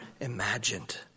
imagined